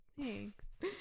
thanks